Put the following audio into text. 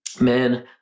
man